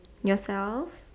yourself